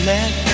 Let